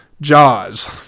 Jaws